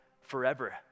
forever